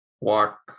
walk